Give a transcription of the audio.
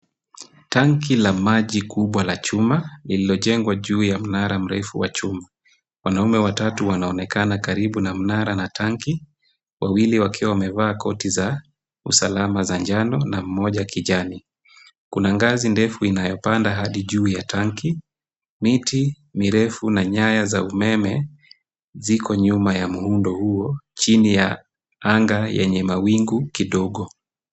Tanki la maji kubwa la chuma lililojengwa juu ya mnara mrefu wa chuma. Wanaume watatu wanaonekana karibu na mnara na tanki, wawili wakiwa wamevaa koti za usalama za njano na mmoja kijani. Kuna ngazi ndefu inayopanda hadi juu ya tanki, miti mirefu na nyaya za umeme ziko nyuma ya muundo huo chini ya anga yenye mawingu kidogo.